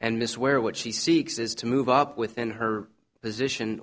and miss where what she seeks is to move up within her position